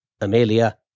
Amelia